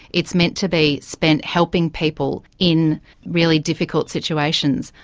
it's meant to be spent helping people in really difficult situations.